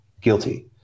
guilty